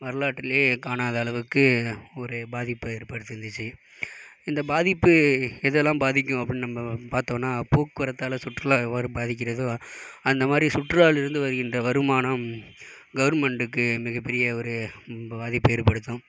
வரலாற்றுலேயே காணாத அளவுக்கு ஒரு பாதிப்பு ஏற்படுத்தியிருந்துச்சு இந்த பாதிப்பு எதல்லாம் பாதிக்கும் அப்படினு நம்ம பார்த்தோனா போக்குவரத்தால் சுற்றுலா எவ்வாறு பாதிக்கிறதோ அந்தமாதிரி சுற்றுலாவில் இருந்து வருகின்ற வருமானம் கவெர்மெண்ட்டுக்கு மிக பெரிய ஒரு பாதிப்பை ஏற்படுத்தும்